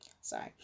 sorry